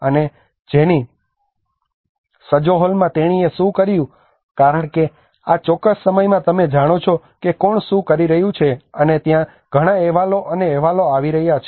અને જેની સજોહોલમ તેણીએ શું કર્યું કારણ કે આ ચોક્કસ સમયમાં તમે જાણો છો કે કોણ શું કરી રહ્યું છે અને ત્યાં ઘણા અહેવાલો અને અહેવાલો આવી રહ્યા છે